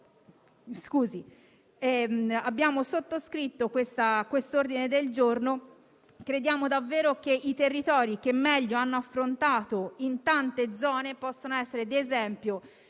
abbiamo sottoscritto l'ordine del giorno e crediamo davvero che i territori che meglio hanno affrontato la situazione possano essere di esempio